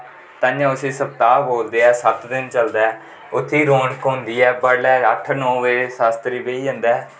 तांइये उस्सी सप्ताह् बोलदे अस सत्त दिन चलदा ऐ उत्थै रौनक होंदी ऐ बडलै अठ नौ बजे शास्त्री बेही जंदा ऐ